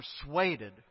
persuaded